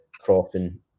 cropping